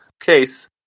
case